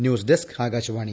news desk Akashvani